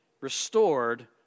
restored